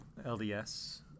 LDS